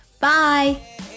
Bye